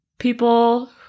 People